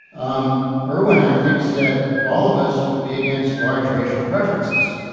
um erwin i think said all of us would be against large racial preferences.